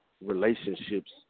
relationships